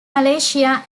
malaysia